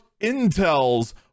Intel's